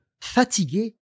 Fatigué